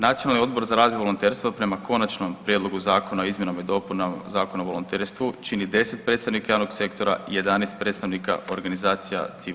Nacionalni odbor za razvoj volonterstva prema Konačnom prijedlogu Zakona o izmjenama i dopunama Zakona o volonterstvu čini 10 predstavnika javnog sektora, 11 predstavnika Organizacija civilne zaštite.